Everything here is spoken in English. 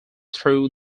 through